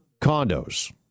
condos